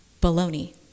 baloney